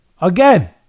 Again